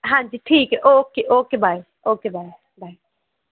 ਹਾਂਜੀ ਠੀਕ ਹੈ okay okay bye okay bye bye